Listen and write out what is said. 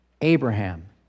Abraham